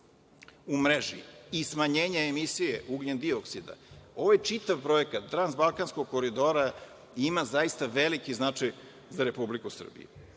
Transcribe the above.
u mreži i smanjenja emisije ugljendioksida, ovo je čitav projekat Transbalkanskog koridora ima zaista veliki značaj za Republiku